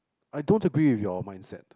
I don't agree with your mindset